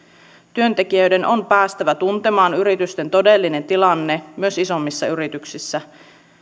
työntekijöiden on päästävä tuntemaan yritysten todellinen tilanne myös isommissa yrityksissä